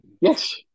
yes